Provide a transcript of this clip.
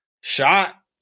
shot